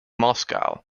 moscow